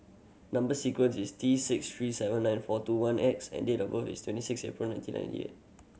number sequence is T six three seven nine four two one X and date of birth is twenty six April nineteen ninety eight